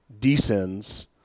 descends